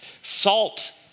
Salt